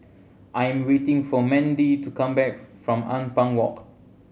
I am waiting for Mandie to come back from Ampang Walk